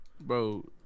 Bro